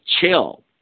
chill